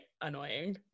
annoying